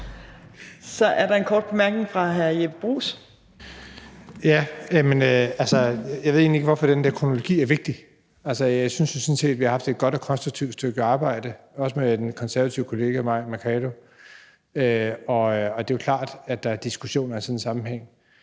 Så er der en kort bemærkning fra hr. Jeppe Bruus. Kl. 15:36 Jeppe Bruus (S): Jeg ved egentlig ikke, hvorfor den der kronologi er vigtig. Jeg synes jo sådan set, at vi har haft et godt og konstruktivt stykke arbejde, også med den konservative kollega Mai Mercado, og det er jo klart, at der er diskussioner i sådan en sammenhæng.